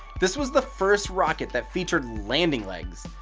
this was the first rocket that featured landing legs.